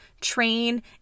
train